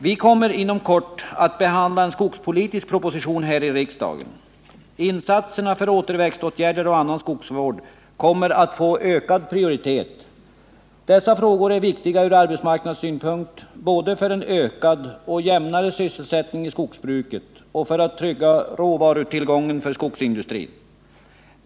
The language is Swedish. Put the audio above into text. Vi kommer inom kort att behandla en skogspolitisk proposition här i riksdagen. Insatserna för återväxtåtgärder och annan skogsvård kommer att få ökad prioritet. Dessa frågor är viktiga från arbetsmarknadssynpunkt, både för en ökad och jämnare sysselsättning i skogsbruket och för att trygga råvarutillgången för skogsindustrin.